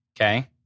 Okay